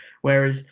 Whereas